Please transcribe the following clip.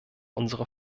unsere